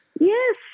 Yes